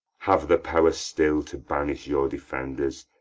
have the power still to banish your defenders